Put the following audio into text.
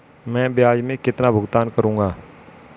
मैं ब्याज में कितना भुगतान करूंगा?